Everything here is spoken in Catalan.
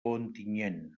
ontinyent